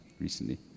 recently